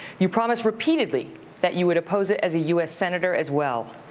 you promised repeatedly that you would oppose it as a u s. senator as well.